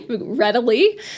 readily